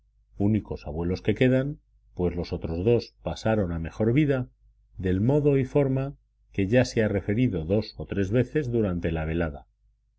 únicos abuelos que quedan pues los otros dos pasaron a mejor vida del modo y forma que ya se ha referido dos o tres veces durante la velada